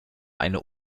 eine